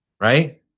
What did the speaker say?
right